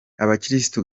abakiristu